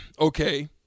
okay